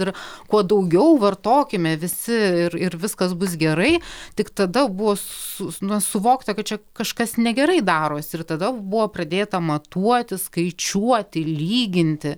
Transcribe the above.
ir kuo daugiau vartokime visi ir ir viskas bus gerai tik tada buvo su na suvokta kad čia kažkas negerai daros ir tada buvo pradėta matuoti skaičiuoti lyginti